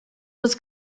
was